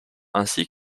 ainsi